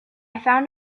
found